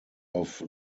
auf